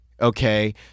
okay